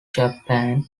japan